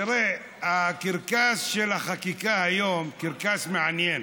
תראה, הקרקס של החקיקה היום, קרקס מעניין.